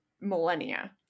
millennia